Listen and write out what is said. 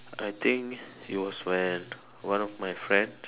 I think it was when one of my friends